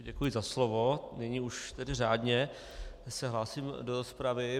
Děkuji za slovo, nyní už tedy řádně se hlásím do rozpravy.